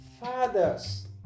fathers